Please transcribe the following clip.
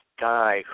guy